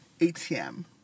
ATM